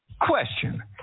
Question